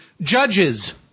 Judges